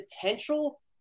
potential